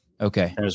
Okay